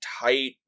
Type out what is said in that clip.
tight